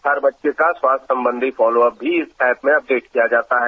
हर बच्चे का स्वास्थ्य संबंधी फोलोअप भी इस एप में अपडेट किया जाता है